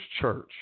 Church